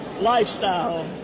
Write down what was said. lifestyle